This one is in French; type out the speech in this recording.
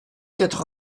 quatre